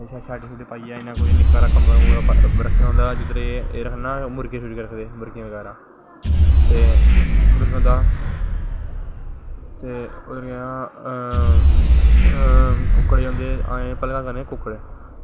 shed शुड्ड पाइयै इसां निक्का हारा कमरा कुमरा पाईयै जिध्दर एह् मुर्गे शुर्गे रखदे मुर्गे ते उध्दर केह् होंदा ते उद्दर कुक्कड़ जंदे पैह्लैं जंदे कुक्कड़